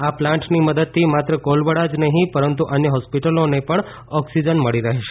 આ પ્લાન્ટની મદદથી માત્ર કોલવડાની જ નહીં પરંતુ અન્ય હોસ્પિટલોને પણ ઓક્સિજન મળી રહેશે